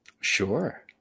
Sure